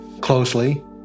closely